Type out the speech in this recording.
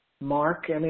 Mark